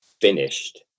finished